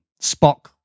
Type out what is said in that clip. spock